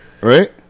right